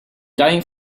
dying